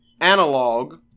analog